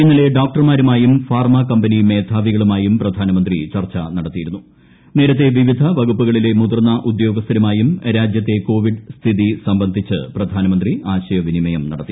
ഇന്നലെ ഡോക്ടർമാരുമായും pharma company മേധാവികളുമായും പ്രധാനമന്ത്രി ചർച്ച നടത്തിയിരുന്നു നേരത്തെ വിവിധ വകുപ്പുകളിലെ മുതിർന്ന ഉദ്യോഗസ്ഥിരൂമാ്യും രാജ്യത്തെ കോവിഡ് സ്ഥിതി സംബന്ധിച്ച് പ്രധാനമന്ത്രി ആശ്യവിനിമയം നടത്തി